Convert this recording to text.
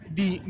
di